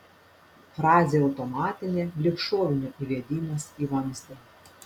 frazė automatinė lyg šovinio įvedimas į vamzdį